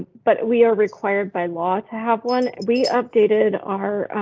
but we are required by law to have one. we updated our.